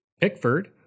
Pickford